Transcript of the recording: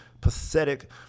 pathetic